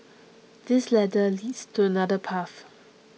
this ladder leads to another path